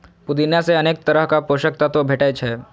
पुदीना मे अनेक तरहक पोषक तत्व भेटै छै